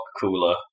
cooler